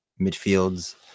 midfields